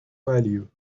value